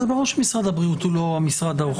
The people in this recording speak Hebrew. זה ברור שמשרד הבריאות הוא לא המשרד האוכף.